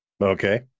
Okay